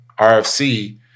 RFC